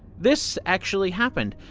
this actually happened.